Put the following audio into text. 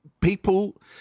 people